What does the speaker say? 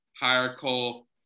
hierarchical